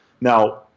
Now